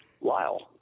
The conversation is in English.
Lyle